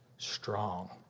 Strong